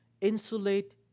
insulate